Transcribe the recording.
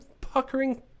puckering